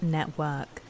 Network